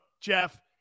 Jeff